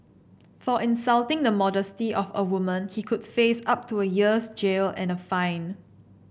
for insulting the modesty of a woman he could face up to a year's jail and a fine